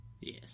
Yes